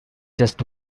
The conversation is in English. just